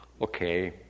okay